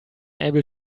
able